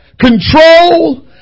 control